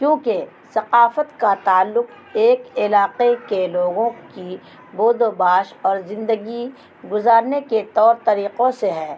کیونکہ ثقافت کا تعلق ایک علاقے کے لوگوں کی بھو باش اور زندگی گزارنے کے طور طریقوں سے ہے